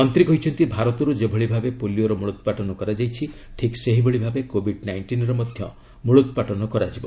ମନ୍ତ୍ରୀ କହିଛନ୍ତି ଭାରତରୁ ଯେଭଳି ଭାବେ ପୋଲିଓର ମୂଳୋତ୍ପାଟନ କରାଯାଇଛି ଠିକ୍ ସେହିଭଳି ଭାବେ କୋବିଡ୍ ନାଇଷ୍ଟିନ୍ର ମଧ୍ୟ ମୂଳୋତ୍ପାଟନ କରାଯିବ